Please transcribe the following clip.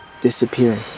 disappearing